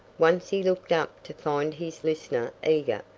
once he looked up to find his listener eager,